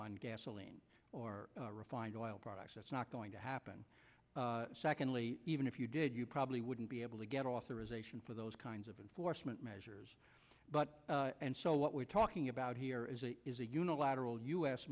on gasoline or refined oil products that's not going to happen secondly even if you did you probably wouldn't be able to get authorization for those kinds of enforcement measures but and so what we're talking about here is a unilateral u